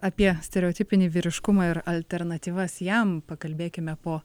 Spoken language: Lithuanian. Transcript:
apie stereotipinį vyriškumą ir alternatyvas jam pakalbėkime po